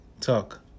talk